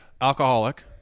Alcoholic